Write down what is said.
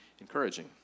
encouraging